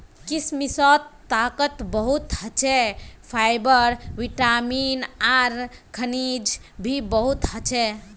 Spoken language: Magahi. किशमिशत ताकत बहुत ह छे, फाइबर, विटामिन आर खनिज भी बहुत ह छे